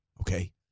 Okay